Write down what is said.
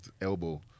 elbow